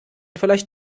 vielleicht